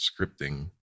scripting